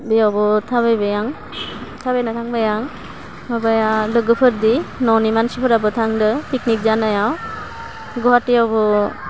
बेयावबो थाबायबाय आं थाबायना थांनाया माबाया लोगोफोददि न'नि मानसिफोराबो थांदो पिकनिक जानायाव गुवाहाटीयावबो